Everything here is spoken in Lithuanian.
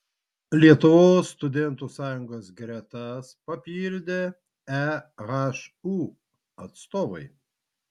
lietuvos studentų sąjungos gretas papildė ehu atstovai